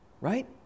right